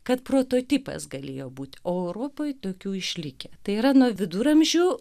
kad prototipas galėjo būt o europoj tokių išlikę tai yra nuo viduramžių